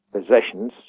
possessions